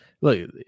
look